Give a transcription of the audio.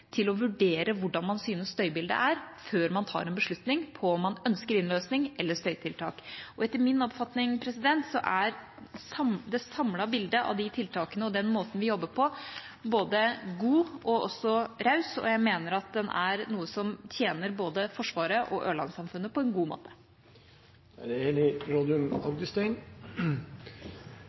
til å vurdere hvordan man synes støybildet er før man tar en beslutning på om man ønsker innløsning eller støytiltak. Etter min oppfatning er det samlede bildet av de tiltakene og den måten vi jobber på, både god og raus. Jeg mener at den er noe som tjener både Forsvaret og Ørlandsamfunnet på en god måte. De talere som heretter får ordet, har en taletid på inntil 3 minutter. Denne investeringsproposisjonen er